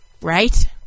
right